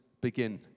begin